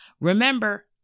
Remember